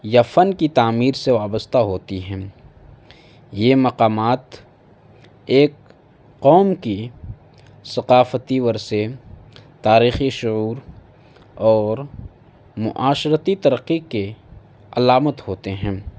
یا فن کی تعمیر سے وابستہ ہوتی ہیں یہ مقامات ایک قوم کی ثقافتی ورثے تاریخی شعور اور معاشرتی ترقی کے علامت ہوتے ہیں